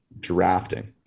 Drafting